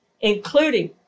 including